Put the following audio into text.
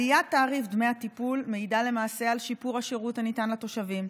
עליית דמי הטיפול מעידה למעשה על שיפור השירות הניתן לתושבים.